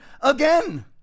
again